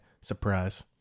surprise